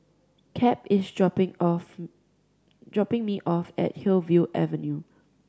Cap is dropping off dropping me off at Hillview Avenue